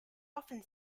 often